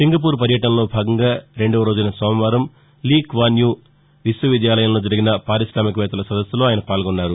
Singapore పర్యటనలో భాగంగా రెండో రోజైన సోమవారం లీ క్వాన్ యు విశ్వవిద్యాలయంలో జరిగిన పార్కిశామికవేత్తల సదస్సులో ఆయన పాల్గొన్నారు